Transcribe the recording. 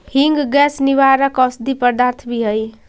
हींग गैस निवारक औषधि पदार्थ भी हई